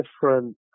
different